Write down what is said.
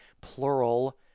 plural